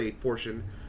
portion